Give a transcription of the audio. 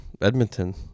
Edmonton